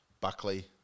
Buckley